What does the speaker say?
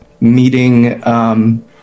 meeting